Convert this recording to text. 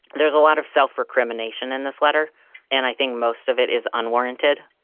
there's a lot of self-recrimination in this letter and i think most of it is unwarranted.